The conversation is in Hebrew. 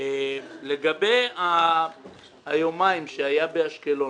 לגבי השבתת לימודים שהיו במשך יומיים באשקלון.